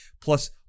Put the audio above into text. plus